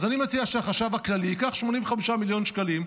אז אני מציע שהחשב הכללי ייקח 85 מיליון שקלים,